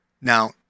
Now